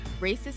racist